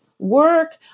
Work